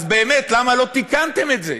אז באמת, למה לא תיקנתם את זה?